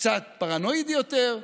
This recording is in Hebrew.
קצת פרנואידי יותר,